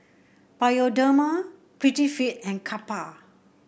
Bioderma Prettyfit and Kappa